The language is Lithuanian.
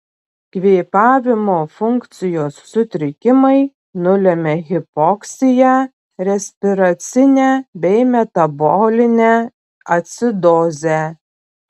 kvėpavimo funkcijos sutrikimai nulemia hipoksiją respiracinę bei metabolinę acidozę